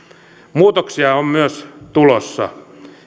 muutoksia on myös tulossa